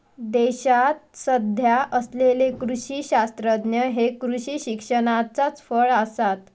देशात सध्या असलेले कृषी शास्त्रज्ञ हे कृषी शिक्षणाचाच फळ आसत